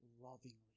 lovingly